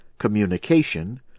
Communication